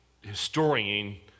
historian